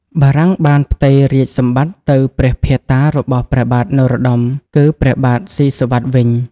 បារាំងបានផ្ទេររាជសម្បត្តិទៅព្រះភាតារបស់ព្រះបាទនរោត្តម គឺព្រះបាទស៊ីសុវត្ថិវិញ។